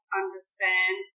understand